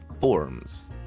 forms